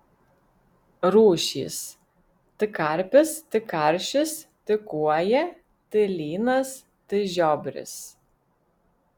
rūšys t karpis t karšis t kuoja t lynas t žiobris